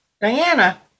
Diana